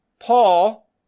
Paul